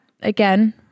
Again